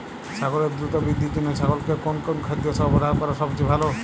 ছাগলের দ্রুত বৃদ্ধির জন্য ছাগলকে কোন কোন খাদ্য সরবরাহ করা সবচেয়ে ভালো?